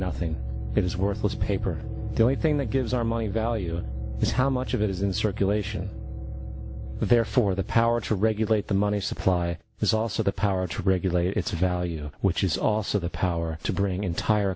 nothing it is worthless paper the only thing that gives our money value is how much of it is in circulation and therefore the power to regulate the money supply is also the power to regulate its value which is also the power to bring entire